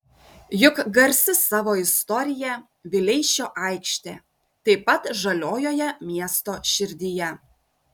juk garsi savo istorija vileišio aikštė taip pat žaliojoje miesto širdyje